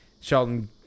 Shelton